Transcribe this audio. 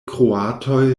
kroatoj